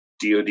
DOD